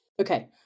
Okay